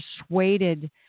persuaded